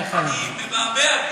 אני מבעבע.